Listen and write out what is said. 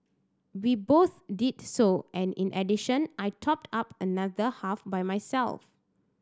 we both did so and in addition I topped up another half by myself